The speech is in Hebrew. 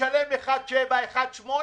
משלם 1.7%-1.8%,